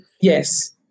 Yes